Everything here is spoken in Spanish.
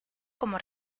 como